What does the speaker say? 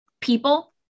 people